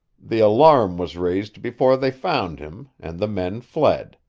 the alarm was raised before they found him, and the men fled.